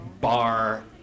bar